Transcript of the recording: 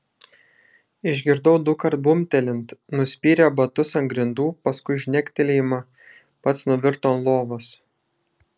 išgirdau dukart bumbtelint nuspyrė batus ant grindų paskui žnektelėjimą pats nuvirto ant lovos